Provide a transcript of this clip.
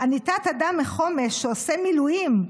אני תת-אדם מחומש שעושה מילואים,